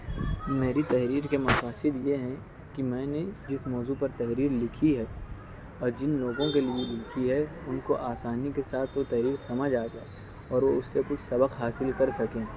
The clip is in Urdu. میری تحریر کا مقاصد یہ ہیں کہ میں نے جس موضوع پر تحریر لکھی ہے اور جن لوگوں کے لیے لکھی ہے ان کو آسانی کے ساتھ وہ تحریر سمجھ آ جائے اور وہ اس سے کچھ سبق حاصل کر سکیں